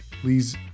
Please